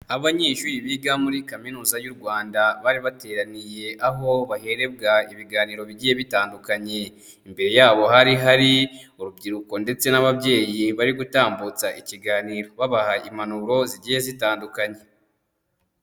Abanyeshuri biga muri Kaminuza y'u Rwanda bari bateraniye aho bahererwa ibiganiro bigiye bitandukanye, imbere yabo hari hari urubyiruko ndetse n'ababyeyi bari gutambutsa ikiganiro babaha impanuro zigiye zitandukanye.